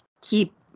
keep